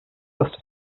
dust